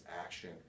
action